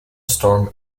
storm